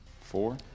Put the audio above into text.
Four